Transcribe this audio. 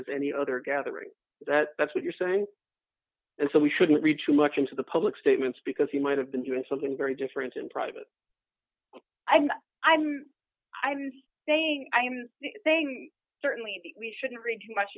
as any other gathering that's what you're saying and so we shouldn't read too much into the public statements because he might have been doing something very different in private i'm i'm i mean they i mean they certainly we shouldn't read too much